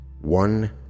one